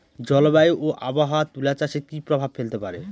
জলবায়ু ও আবহাওয়া তুলা চাষে কি প্রভাব ফেলতে পারে?